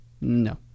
no